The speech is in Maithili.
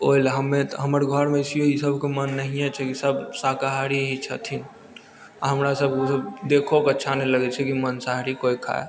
ओइ लऽ हमे हमर घरमे एसेहियो ईसबके माँग नहिए छै कि सब शाकाहारी ही छथिन आ हमरा सबके बुझहू देखोके अच्छा नहि लगैत छै कि माँसाहारी केओ खाए